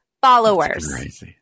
followers